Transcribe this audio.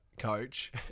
Coach